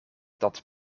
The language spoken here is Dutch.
dat